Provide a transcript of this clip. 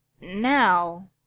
now—